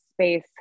space